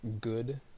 good